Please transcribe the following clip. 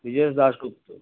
Vijayesh Dasgupta